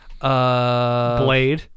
Blade